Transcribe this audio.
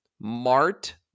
Mart